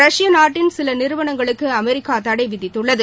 ரஷ்யநாட்டின் சில நிறுவனங்களுக்கு அமெரிக்கா தடை விதித்துள்ளது